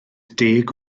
deg